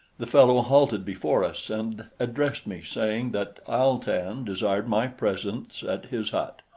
the fellow halted before us and addressed me, saying that al-tan desired my presence at his hut.